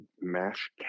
mash